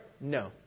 no